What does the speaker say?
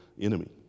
enemy